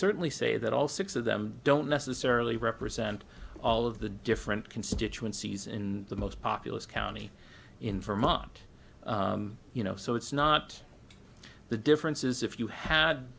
certainly say that all six of them don't necessarily represent all of the different constituencies in the most populous county in vermont you know so it's not the differences if you had